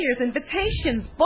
invitations